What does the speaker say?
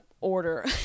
order